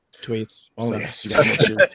tweets